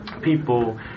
people